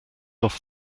off